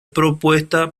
propuesta